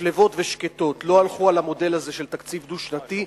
שלוות ושקטות לא הלכו על המודל הזה של תקציב דו-שנתי,